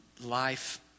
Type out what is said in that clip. life